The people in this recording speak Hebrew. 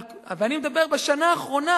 אני מדבר בשנה האחרונה.